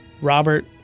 Robert